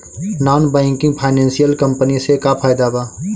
Non banking financial company से का फायदा बा?